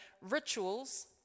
rituals